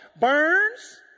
burns